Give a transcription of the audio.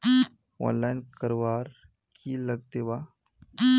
Online करवार की लगते वा?